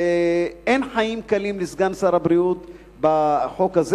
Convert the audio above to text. ואין חיים קלים לסגן שר הבריאות בחוק הזה.